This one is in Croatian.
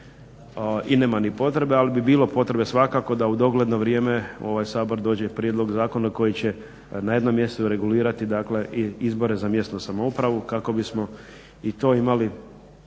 i nema ni potrebe ali bi bilo potrebe svakako da u dogledno vrijeme u ovaj Sabor dođe prijedlog zakona koji će na jednom mjestu regulirati dakle i izbore za mjesnu samoupravu kako bismo i to imali